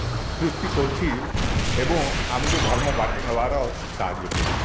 ସୃଷ୍ଟି କରୁଛି ଏବଂ ଆମକୁ ଧର୍ମ ବାଟରେ ନେବାର ସାହାଯ୍ୟ କରୁଛି